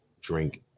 drink